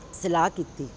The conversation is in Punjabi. ਸਲਾਹ ਕੀਤੀ